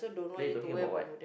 then you talking about what